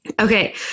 Okay